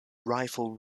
rifle